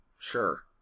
Sure